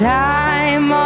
time